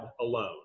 alone